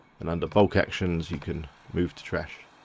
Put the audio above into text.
and under bulk actions you can move to trash,